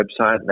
website